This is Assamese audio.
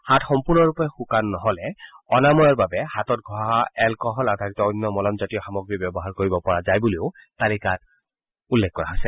হাত সম্পূৰ্ণৰূপে শুকান নহলে অনাময়ৰ বাবে হাতত ঘহা এলকহল আধাৰিত অন্য মলমজাতীয় সামগ্ৰী ব্যৱহাৰ কৰিব পৰা যায় বুলিও এই তালিকাত উল্লেখ কৰা হৈছে